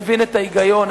מבין את ההיגיון,